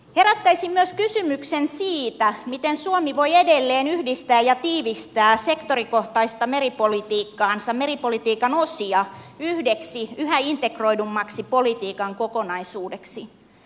herättäisin myös kysymyksen siitä miten suomi voi edelleen yhdistää ja tiivistää sektorikohtaista meripolitiikkaansa meripolitiikan osia yhdeksi yhä integroidummaksi politiikan kokonaisuudeksi